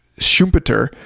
schumpeter